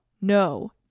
No